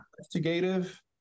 investigative